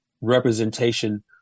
representation